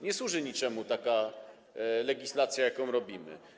Nie służy niczemu taka legislacja, jaką robimy.